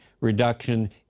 reduction